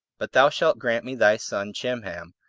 but thou shalt grant me thy son chimham,